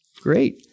Great